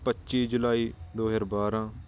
ਪੱਚੀ ਜੁਲਾਈ ਦੋ ਹਜ਼ਾਰ ਬਾਰ੍ਹਾਂ